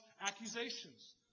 accusations